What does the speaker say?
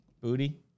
booty